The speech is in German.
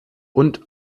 und